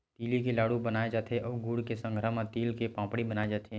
तिली के लाडू बनाय जाथे अउ गुड़ के संघरा म तिल के पापड़ी बनाए जाथे